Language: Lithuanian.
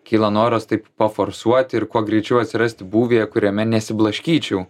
kyla noras taip paforsuoti ir kuo greičiau atsirasti būvyje kuriame nesiblaškyčiau